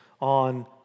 on